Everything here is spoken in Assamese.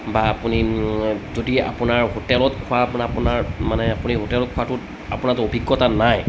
বা আপুনি যদি আপোনাৰ হোটেলত খোৱা আপোনাৰ আপোনাৰ মানে আপুনি হোটেলত খোৱাটোত আপোনাৰটো অভিজ্ঞতা নাই